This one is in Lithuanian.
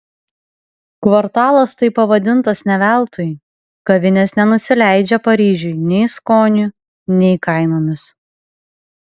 kvartalas taip pavadintas ne veltui kavinės nenusileidžia paryžiui nei skoniu nei kainomis